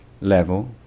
level